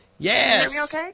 Yes